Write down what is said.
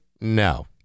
no